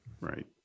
right